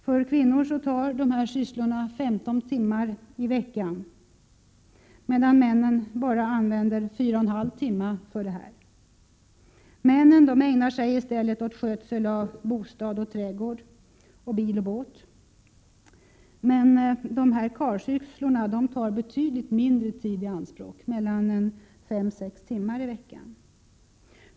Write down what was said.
För kvinnor tar dessa sysslor 15 timmar i veckan, medan männen använder bara 4,5 timmar åt detta. Männen ägnar sig i stället åt skötsel av bostad och trädgård samt bil och båt. Men dessa karlsysslor tar betydligt mindre tid i anspråk — 5-6 timmar i veckan.